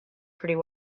pretty